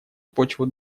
почву